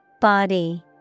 Body